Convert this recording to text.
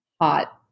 hot